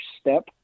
step